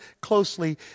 closely